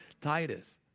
Titus